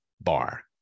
bar